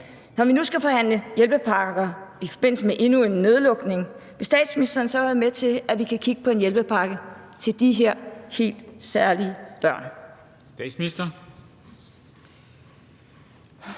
nedlukning skal forhandle hjælpepakker, vil statsministeren så være med til, at vi kan kigge på en hjælpepakke til de her helt særlige børn?